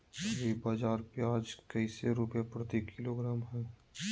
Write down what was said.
अभी बाजार प्याज कैसे रुपए प्रति किलोग्राम है?